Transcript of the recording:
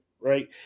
right